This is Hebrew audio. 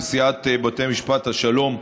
נשיאת בתי משפט השלום בדימוס,